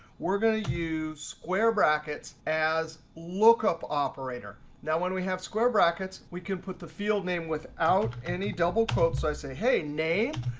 we're going to use square brackets as lookup operator. now when we have square brackets, we can put the field name without any double quotes, so i say, hey, name,